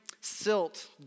silt